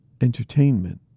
entertainment